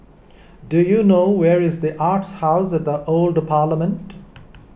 do you know where is the Arts House at the Old Parliament